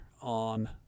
on